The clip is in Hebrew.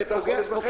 היא עשתה חודש וחצי.